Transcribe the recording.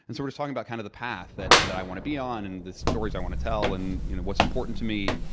sort of talking about kind of the path that that i want to be on and the stories i want to tell and you know what's important to me.